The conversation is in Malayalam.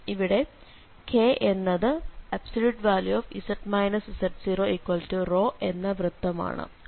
ഇവിടെ K എന്നത് z z0ρ എന്ന വൃത്തമാണ്